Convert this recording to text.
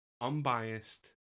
unbiased